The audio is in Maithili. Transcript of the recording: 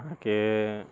अहाँकेँ